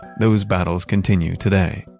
those battles continue today.